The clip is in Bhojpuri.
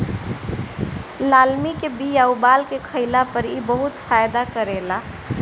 लालमि के बिया उबाल के खइला पर इ बहुते फायदा करेला